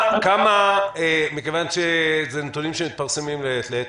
מכיוון שאלה נתונים שמתפרסמים מעת לעת,